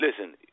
listen